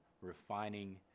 refining